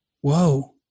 Whoa